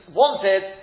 wanted